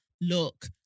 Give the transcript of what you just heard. look